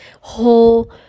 whole